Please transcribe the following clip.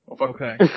Okay